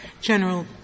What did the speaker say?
General